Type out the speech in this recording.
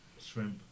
Shrimp